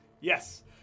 Yes